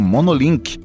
Monolink